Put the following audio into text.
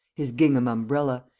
his gingham umbrella,